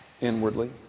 inwardly